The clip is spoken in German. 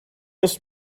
ist